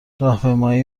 راهپیمایی